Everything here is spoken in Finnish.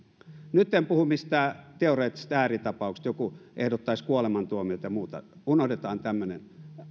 nyt en puhu mistään teoreettisesta ääritapauksesta että joku ehdottaisi kuolemantuomiota tai muuta unohdetaan tämmöinen